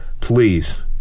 please